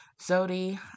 Zodi